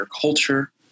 culture